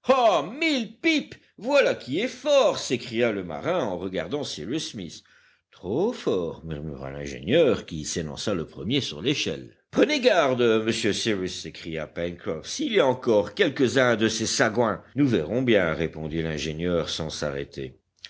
mille pipes voilà qui est fort s'écria le marin en regardant cyrus smith trop fort murmura l'ingénieur qui s'élança le premier sur l'échelle prenez garde monsieur cyrus s'écria pencroff s'il y a encore quelques-uns de ces sagouins nous verrons bien répondit l'ingénieur sans s'arrêter